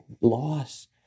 loss